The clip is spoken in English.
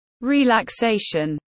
relaxation